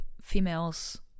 females